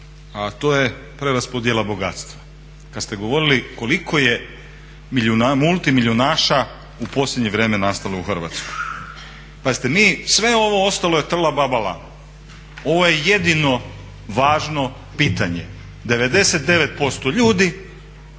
a to je preraspodjela bogatstva, kad ste govorili koliko je multimilijunaša u posljednje vrijeme nastalo u Hrvatskoj. Pazite, sve ovo ostalo je trla baba lan, ovo je jedino važno pitanje. 99% ljudi